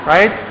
Right